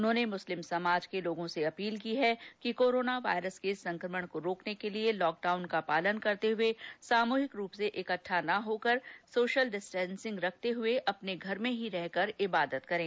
उन्होंने मुस्लिम समाज के लोगों से अपील की है कि कोरोना वायरस के संकमण को रोकर्ने के लिए लॉकडाउन का पालन करते हुए सामूहिक रूप से इकट्ठा ना हो और सोशल डिस्टेसिंग रखते हुए अपने घर में ही रहकर इबादत करें